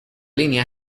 línea